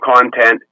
content